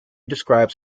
describes